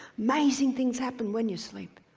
amazing things happen when you sleep.